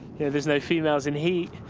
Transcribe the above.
here, there's no females in heat.